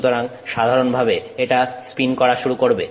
সুতরাং সাধারণভাবে এটা স্পিন করা শুরু করবে